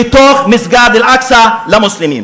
בתוך מסגד אל-אקצא למוסלמים.